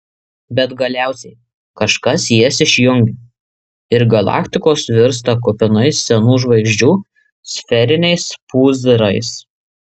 bet galiausiai kažkas jas išjungia ir galaktikos virsta kupinais senų žvaigždžių sferiniais pūzrais